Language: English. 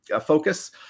focus